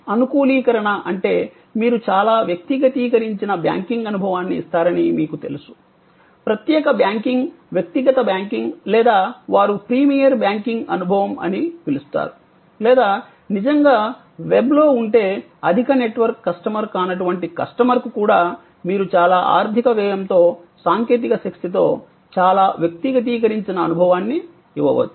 అనుకూలీకరణ అంటే మీరు చాలా వ్యక్తిగతీకరించిన బ్యాంకింగ్ అనుభవాన్ని ఇస్తారని మీకు తెలుసు ప్రత్యేక బ్యాంకింగ్ వ్యక్తిగత బ్యాంకింగ్ లేదా వారు ప్రీమియర్ బ్యాంకింగ్ అనుభవం అని పిలుస్తారు లేదా నిజంగా వెబ్లో ఉంటే అధిక నెట్వర్క్ కస్టమర్ కానటువంటి కస్టమర్ కు కూడా మీరు చాలా ఆర్థిక వ్యయంతో సాంకేతిక శక్తితో చాలా వ్యక్తిగతీకరించిన అనుభవాన్ని ఇవ్వవచ్చు